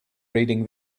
reading